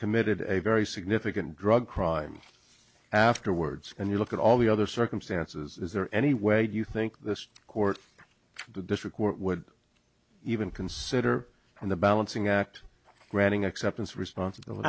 committed a very significant drug crime afterwards and you look at all the other circumstances is there any way you think this court the district would even consider on the balancing act granting acceptance responsib